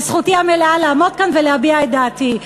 וזכותי המלאה לעמוד כאן ולהביע את דעתי.